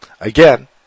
again